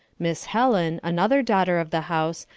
miss helen, another daughter of the house,